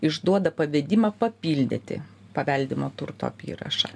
išduoda pavedimą papildyti paveldimo turto apyrašą